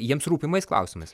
jiems rūpimais klausimais